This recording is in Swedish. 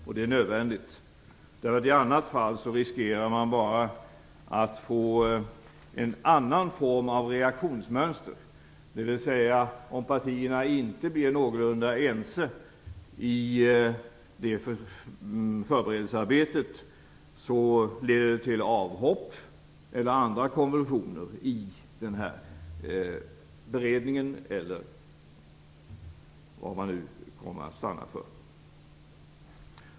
Och det är nödvändigt, därför att i annat fall riskerar man att få en annan form av reaktionsmönster - dvs. om partierna inte blir någorlunda ense i det förberedelsearbetet leder det till avhopp eller andra konvulsioner i den här beredningen, eller vad man nu kommer att stanna för.